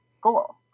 goal